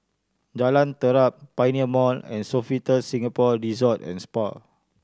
Jalan Terap Pioneer Mall and Sofitel Singapore Resort and Spa